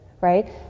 right